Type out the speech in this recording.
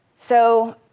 so